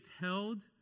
held